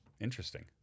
interesting